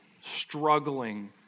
struggling